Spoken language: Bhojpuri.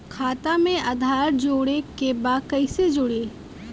खाता में आधार जोड़े के बा कैसे जुड़ी?